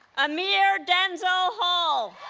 amir denzel hall